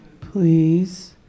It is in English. Please